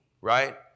right